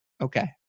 Okay